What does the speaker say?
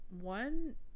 one